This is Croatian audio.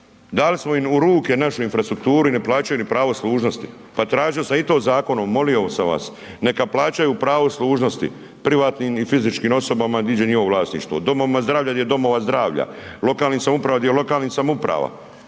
dali smo im u ruke našu infrastrukturu i ne plaćaju pravo služnosti. Pa tražio sam i to zakonom molio sam vas neka plaćaju pravo služnosti privatnim i fizičkim osobama … njihovo vlasništvo, domovima zdravlja gdje domova zdravlja, lokalnim samoupravama gdje lokalnih samouprava,